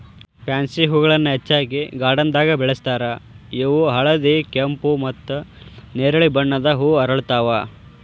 pansy ಹೂಗಳನ್ನ ಹೆಚ್ಚಾಗಿ ಗಾರ್ಡನ್ದಾಗ ಬೆಳೆಸ್ತಾರ ಇವು ಹಳದಿ, ಕೆಂಪು, ಮತ್ತ್ ನೆರಳಿ ಬಣ್ಣದ ಹೂ ಅರಳ್ತಾವ